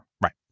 Right